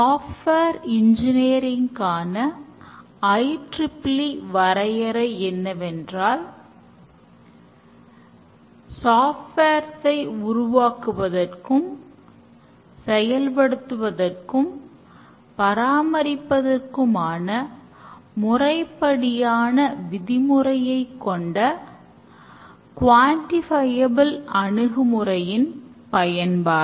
software engineering அணுகுமுறையின் பயன்பாடு